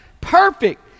perfect